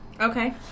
okay